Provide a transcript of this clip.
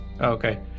Okay